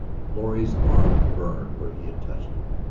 florrie's arm burned where he had touched her.